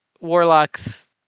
warlock's